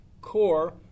core